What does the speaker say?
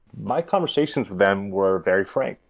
my conversations with them were very frank.